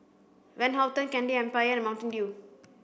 Van Houten Candy Empire and Mountain Dew